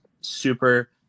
super